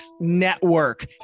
network